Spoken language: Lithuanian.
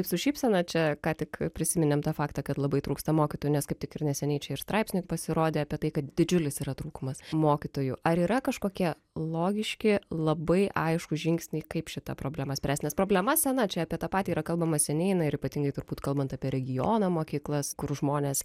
su šypsena čia ką tik prisiminėm tą faktą kad labai trūksta mokytojų nes kaip tik ir neseniai čia ir straipsniai pasirodė apie tai kad didžiulis yra trūkumas mokytojų ar yra kažkokie logiški labai aiškūs žingsniai kaip šitą problemą spręst nes problema sena čia apie tą patį yra kalbama seniai na ir ypatingai turbūt kalbant apie regiono mokyklas kur žmonės